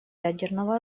ядерного